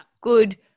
good